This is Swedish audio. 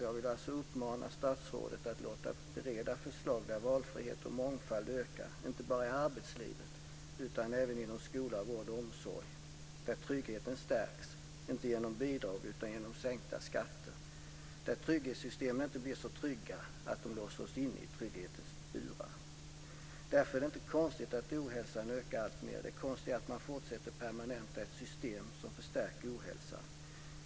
Jag vill uppmana statsrådet att låta bereda förslag där valfrihet och mångfald ökar, inte bara i arbetslivet utan även inom skola, vård och omsorg och där tryggheten stärks, inte genom bidrag utan genom sänkta skatter, där trygghetssystemen inte blir så trygga att de låser in oss i trygghetens burar. Därför är det inte konstigt att ohälsan ökar alltmer. Det konstiga är att man fortsätter att permanenta ett system som stärker ohälsan.